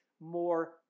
more